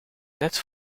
net